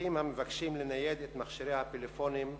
אזרחים המבקשים לנייד את מכשירי הפלאפונים,